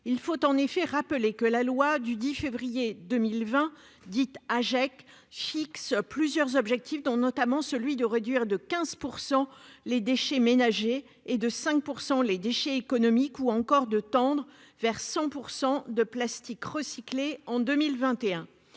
Il faut en effet rappeler que la loi Agec du 10 février 2020 fixe plusieurs objectifs, dont notamment celui de réduire de 15 % les déchets ménagers et de 5 % les déchets économiques ou encore de tendre vers 100 % de plastique recyclé en 2025.